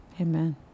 Amen